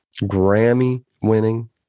Grammy-winning